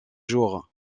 jours